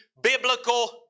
biblical